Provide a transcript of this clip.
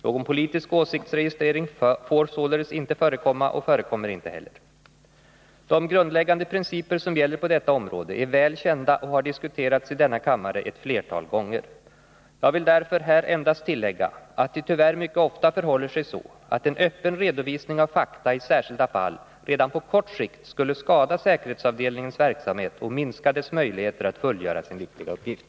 Någon politisk åsiktsregistrering får således inte förekomma och förekommer inte heller. De grundläggande principer som gäller på detta område är väl kända och har diskuterats i denna kammare ett flertal gånger. Jag vill därför här endast tillägga att det tyvärr mycket ofta förhåller sig så, att en öppen redovisning av fakta i särskilda fall redan på kort sikt skulle skada säkerhetsavdelningens verksamhet och minska dess möjligheter att fullgöra sin viktiga uppgift.